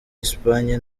esipanye